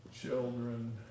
Children